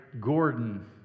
Gordon